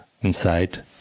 inside